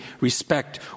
respect